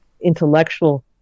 intellectual